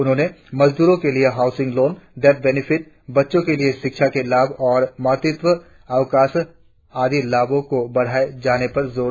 उन्होंने मजदूरो के लिए हाऊसिंग लोन डेथ बेनिफिट बच्चों के लिए शिक्षा के लाभ और मातृत्व अवकाश आदि लाभों को बढ़ाये जाने चाहिए